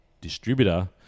distributor